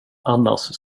annars